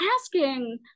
asking